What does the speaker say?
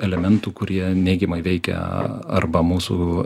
elementų kurie neigiamai veikia arba mūsų